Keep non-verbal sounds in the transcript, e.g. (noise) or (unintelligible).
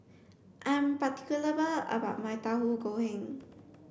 I'm (unintelligible) about my Tahu Goreng